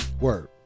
word